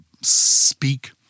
speak